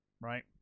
Right